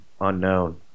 unknown